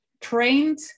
trained